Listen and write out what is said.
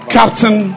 captain